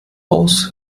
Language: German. aus